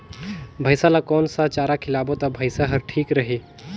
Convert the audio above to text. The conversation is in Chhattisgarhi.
भैसा ला कोन सा चारा खिलाबो ता भैंसा हर ठीक रही?